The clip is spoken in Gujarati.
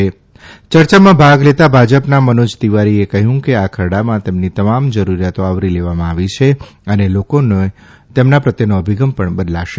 યર્ચામાં ભાગ લેતાં ભાજપના મનોજ તિવારીએ કહ્યું કે આ ખરડામાં તેમની તમામ જરૂરિતાયો આવરી લેવામાં આવી છે ને લોકોનો તેમના પ્રત્યેનો ભિગમ પણ બદલાશે